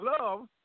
love